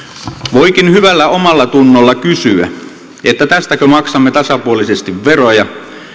voikin hyvällä omallatunnolla kysyä tästäkö maksamme tasapuolisesti veroja